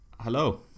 hello